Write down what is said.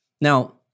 Now